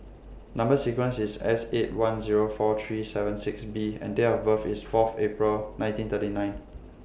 Number sequence IS S eight one Zero four three seven six B and Date of birth IS Fourth April nineteen thirty nine